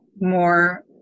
more